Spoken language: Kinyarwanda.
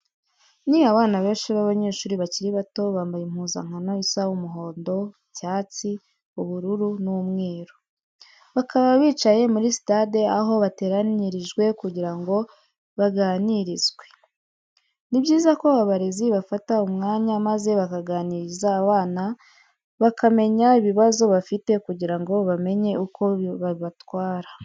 Ni abana benshi b'abanyeshuri bakiri bato, bambaye impuzankano isa umuhondo, icyatsi, ubururu n'umweru. Bakaba bicaye muri sitade aho bateranyirijwe kugira ngo baganirizwe. Ni byiza ko abarezi bafata umwanya maze bakaganiriza abana, bakamenya ibibazo bafite kugira ngo bamenye uko babatwara.